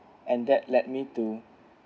and that led me to